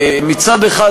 מצד אחד,